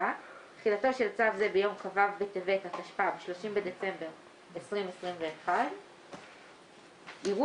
תחילהתחילתו של צו זה ביום כ"ו בטבת התשפ"ב (30 בדצמבר 2021). יראו